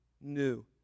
new